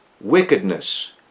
wickedness